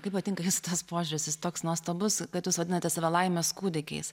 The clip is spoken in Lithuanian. kaip patinka tas požiūris jis toks nuostabus kad jūs vadinate save laimės kūdikiais